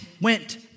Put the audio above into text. went